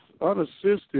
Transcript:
unassisted